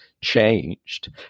changed